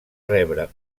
rebre